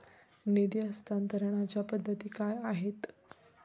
निधी हस्तांतरणाच्या पद्धती काय आहेत?